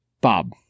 Bob